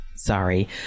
Sorry